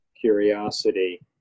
curiosity